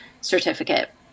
certificate